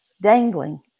dangling